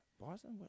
Boston